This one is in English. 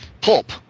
pulp